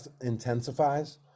intensifies